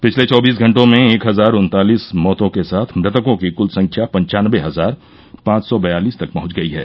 पिछले चौबीस घटों में एक हजार उनतालीस मौतें के साथ मृतकों की कुल संख्या पंचानबे हजार पांच सौ बयालिस तक पहंच गई है